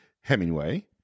Hemingway